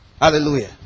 Hallelujah